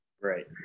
Right